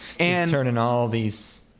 and on and all these